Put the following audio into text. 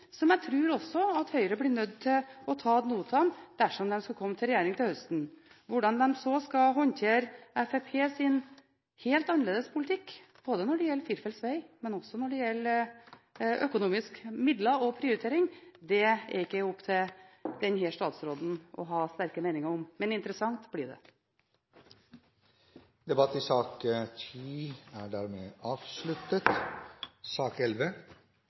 som jeg også tror Høyre blir nødt til å ta ad notam dersom de skulle komme i regjering til høsten. Hvordan de så skal håndtere Fremskrittspartiets helt annerledes politikk både når det gjelder firefeltsveg, og når det gjelder økonomiske midler og prioriteringer, er ikke opp til denne statsråden å ha sterke meninger om, men interessant kan det bli! Debatten i sak nr. 10 er dermed avsluttet.